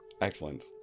Excellent